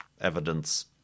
evidence